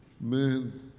man